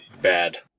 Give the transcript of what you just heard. bad